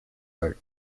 are